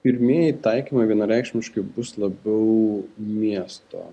pirmieji taikymai vienareikšmiškai bus labiau miesto